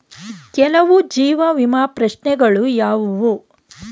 ಕೆಲವು ಜೀವ ವಿಮಾ ಪ್ರಶ್ನೆಗಳು ಯಾವುವು?